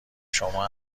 شما